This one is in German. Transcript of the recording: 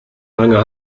lange